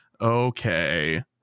okay